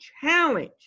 challenge